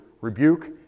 rebuke